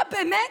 מה, באמת?